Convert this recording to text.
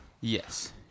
Yes